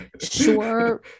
sure